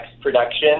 production